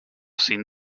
sin